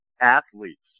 athletes